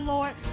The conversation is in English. Lord